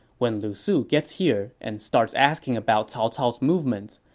when lu su gets here and starts asking about cao cao's movements,